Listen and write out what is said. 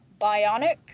Bionic